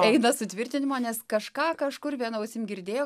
eina sutvirtinimo nes kažką kažkur viena ausim girdėjo